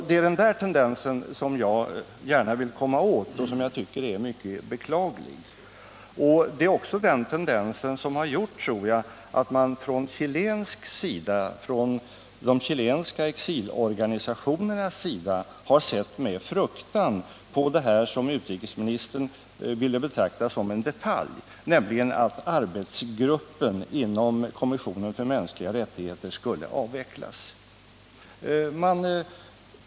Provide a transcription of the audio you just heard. Det är den tendensen som jag gärna vill komma åt och som jag tycker är mycket beklaglig. Det är också den tendensen, tror jag, som har gjort att man från de chilenska exilorganisationernas sida har sett med fruktan på det som utrikesministern ville betrakta som en detalj, nämligen att arbetsgruppen inom kommissionen för de mänskliga rättigheterna skulle avvecklas.